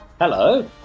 Hello